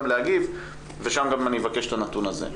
להגיב ושם גם אני אבקש את הנתון הזה.